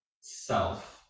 self